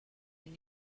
and